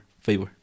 favor